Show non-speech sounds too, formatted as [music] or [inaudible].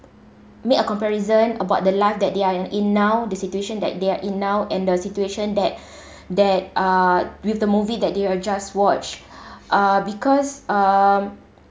make a comparison about the life that they're in now the situation that they're in now and the situation that [breath] that uh with the movie that they uh just watched [breath] uh because um